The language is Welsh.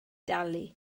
dalu